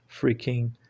freaking